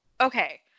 okay